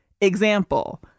Example